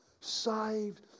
saved